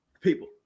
People